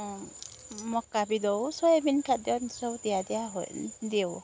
ମକା ବି ଦେଉ ସୋୟବିନ୍ ଖାଦ୍ୟ ଏମିତି ସବୁ ଦିଆ ଦିଆ ହୁଏ ଦେଉ ହେଲା